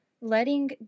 letting